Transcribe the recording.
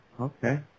Okay